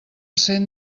cent